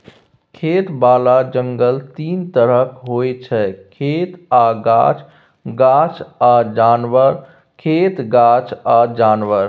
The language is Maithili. खेतबला जंगल तीन तरहक होइ छै खेत आ गाछ, गाछ आ जानबर, खेत गाछ आ जानबर